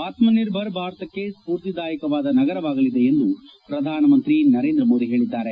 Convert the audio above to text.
ಆತ್ಮ ನಿರ್ಭರ್ ಭಾರತಕ್ಷೆ ಸ್ತೂರ್ತಿದಾಯಕವಾದ ನಗರವಾಗಲಿದೆ ಎಂದು ಪ್ರಧಾನಮಂತ್ರಿ ನರೇಂದ್ರ ಮೋದಿ ಹೇಳಿದ್ದಾರೆ